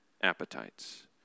appetites